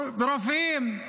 רופאים,